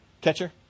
catcher